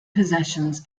possessions